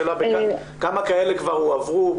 השאלה כמה כאלה כבר הועברו,